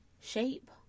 shape